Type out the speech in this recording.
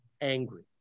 angry